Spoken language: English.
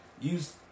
Use